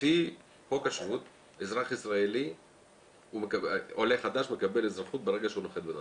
לפי חוק השבות עולה חדש מקבל אזרחות ברגע שהוא נוחת בנתב"ג.